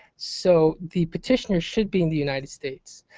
so the petitioner should be in the united states.